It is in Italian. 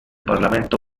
parlamento